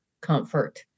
comfort